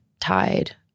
tied